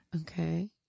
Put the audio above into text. Okay